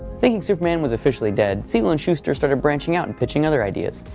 thinking superman was officially dead, siegel and shuster started branching out and pitching other ideas,